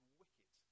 wicked